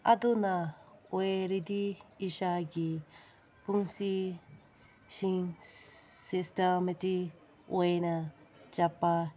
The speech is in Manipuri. ꯑꯗꯨꯅ ꯑꯣꯏꯔꯗꯤ ꯏꯁꯥꯒꯤ ꯄꯨꯟꯁꯤꯁꯤꯡ ꯁꯤꯁꯇꯦꯃꯦꯇꯤꯛ ꯑꯣꯏꯅ ꯆꯠꯄ